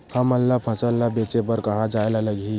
हमन ला फसल ला बेचे बर कहां जाये ला लगही?